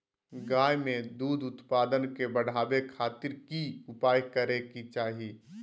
गाय में दूध उत्पादन के बढ़ावे खातिर की उपाय करें कि चाही?